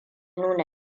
nuna